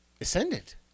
ascendant